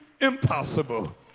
impossible